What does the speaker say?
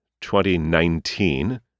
2019